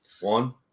one